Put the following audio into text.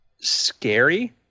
scary